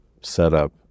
setup